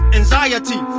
anxiety